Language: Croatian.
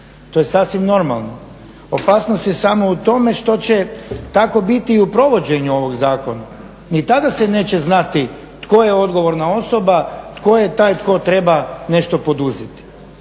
To je sasvim normalno, opasnost je samo u tome što će tako biti i u provođenju ovog zakona, ni tada se neće znati tko je odgovorna osoba, tko je taj tko treba nešto poduzeti.